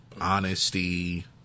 Honesty